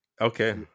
Okay